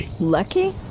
Lucky